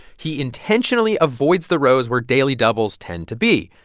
he intentionally avoids the rows where daily doubles tend to be.